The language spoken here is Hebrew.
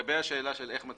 לגבי השאלה איך מצביעים,